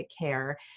care